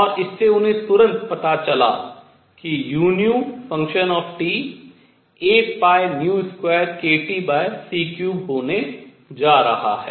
और इससे उन्हें तुरंत पता चला कि u 82kTc3 होने जा रहा है